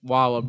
Wow